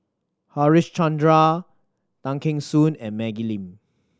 Harichandra Tay Kheng Soon and Maggie Lim